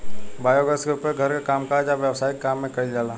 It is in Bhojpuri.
बायोगैस के उपयोग घर के कामकाज आ व्यवसायिक काम में कइल जाला